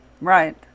right